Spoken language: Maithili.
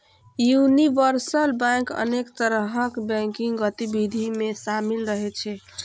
यूनिवर्सल बैंक अनेक तरहक बैंकिंग गतिविधि मे शामिल रहै छै